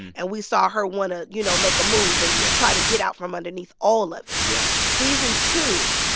and we saw her want to, you know, make a move and just try to get out from underneath all of it yeah season two,